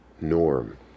norm